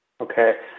Okay